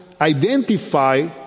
identify